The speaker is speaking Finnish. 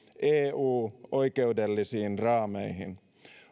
eu oikeudellisiin raameihin